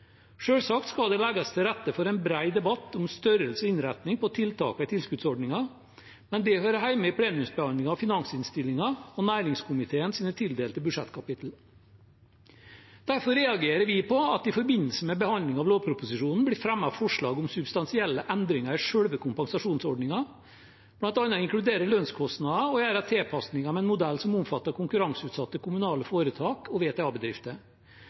skal det legges til rette for en bred debatt om størrelse og innretning på tiltakene i tilskuddsordningen, men det hører hjemme i plenumsbehandlingen av finansinnstillingen og næringskomiteens tildelte budsjettkapitler. Derfor reagerer vi på at det i forbindelse med behandlingen av lovproposisjonen blir fremmet forslag om substansielle endringer i selve kompensasjonsordningen, bl.a. å inkludere lønnskostnader og gjøre tilpasninger med en modell som omfatter konkurranseutsatte kommunale foretak og